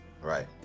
Right